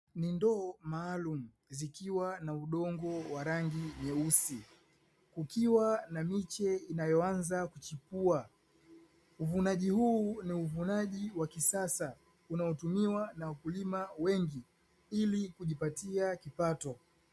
Ni ndoo maalumu zikiwa na udongo wa rangi nyeusi ukiwa na miche inayoanza kuchipua, uvunaji huu ni uvunaji wa kisasa unaotumiwa na wakulima wengi ili kujipatia kipato.